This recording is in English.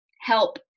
help